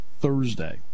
Thursday